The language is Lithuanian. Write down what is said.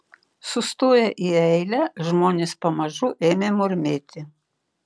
sustoję į eilę žmonės pamažu ėmė murmėti